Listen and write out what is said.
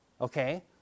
Okay